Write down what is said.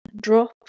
Drop